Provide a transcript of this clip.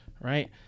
right